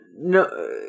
no